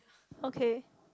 okay